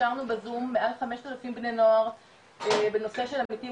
העשרנו בזום מעל 5,000 בני נוער בנושא של עמיתים